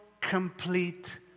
complete